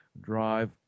drive